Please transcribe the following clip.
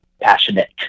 passionate